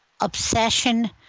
obsession